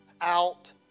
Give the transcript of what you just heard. out